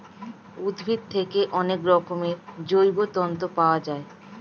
উদ্ভিদ থেকে অনেক রকমের জৈব তন্তু পাওয়া যায়